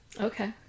Okay